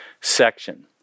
section